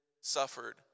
suffered